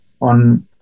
on